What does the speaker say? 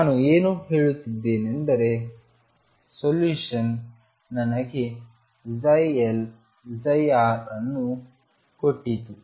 ನಾನು ಏನು ಹೇಳುತ್ತಿದ್ದೇನೆ ಎಂದರೆ ಸೊಲ್ಯೂಶನ್ ನನಗೆ ψLψR ಅನ್ನು ಕೊಟ್ಟಿತು